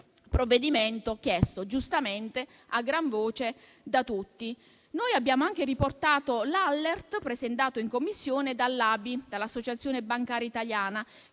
provvedimento è stato chiesto giustamente a gran voce da tutti. Noi abbiamo anche riportato l'*alert*, presentato in Commissione dall'ABI (Associazione bancaria italiana),